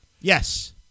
Yes